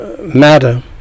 Matter